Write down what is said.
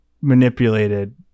manipulated